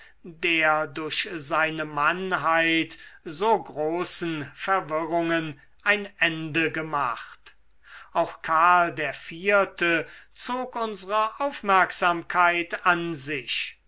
der durch seine mannheit so großen verwirrungen ein ende gemacht auch karl der vierte zog unsre aufmerksamkeit an sich